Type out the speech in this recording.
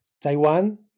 Taiwan